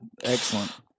Excellent